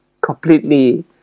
completely